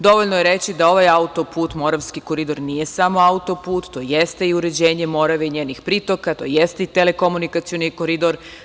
Dovoljno je reći da ovaj auto-put Moravski koridor nije samo auto-put, to jeste i uređenje Morave i njenih pritoka, to jeste i telekomunikacioni Koridor.